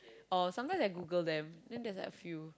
or sometimes I Google them then there's like a few